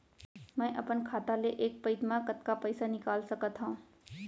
मैं अपन खाता ले एक पइत मा कतका पइसा निकाल सकत हव?